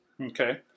Okay